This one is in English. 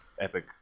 epic